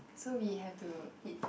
so we have to hit